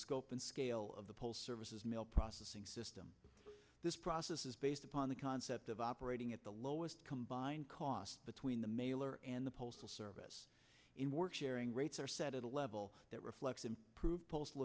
scope and scale of the post services mail processing system this process is based upon the concept of operating at the lowest combined cost between the mailer and the postal service in work sharing rates are set at level that reflects improve post